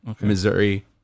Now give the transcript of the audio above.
Missouri